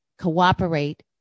cooperate